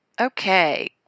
Okay